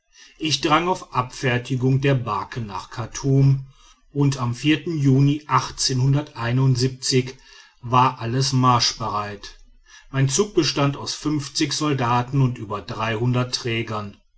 ich drang auf abfertigung der barke nach chartum und am juni war alles marschbereit mein zug bestand aus soldaten und über trägern